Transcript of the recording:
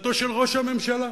עמדתו של ראש הממשלה,